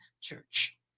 church